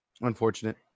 Unfortunate